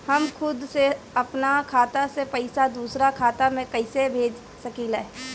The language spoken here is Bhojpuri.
हम खुद से अपना खाता से पइसा दूसरा खाता में कइसे भेज सकी ले?